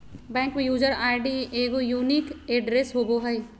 bank में user ID एगो unique address होबो हइ